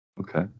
Okay